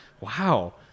Wow